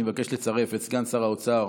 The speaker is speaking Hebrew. אני מבקש לצרף את סגן שר האוצר